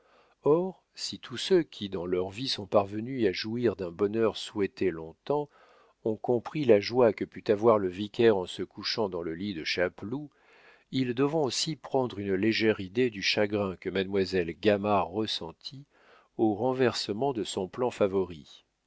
or si tous ceux qui dans leur vie sont parvenus à jouir d'un bonheur souhaité long-temps ont compris la joie que put avoir le vicaire en se couchant dans le lit de chapeloud ils devront aussi prendre une légère idée du chagrin que mademoiselle gamard ressentit au renversement de son plan favori